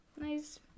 Nice